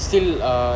still uh